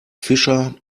fischer